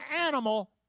animal